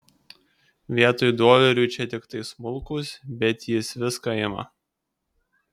vietoj dolerių čia tiktai smulkūs bet jis viską ima